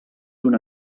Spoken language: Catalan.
d’un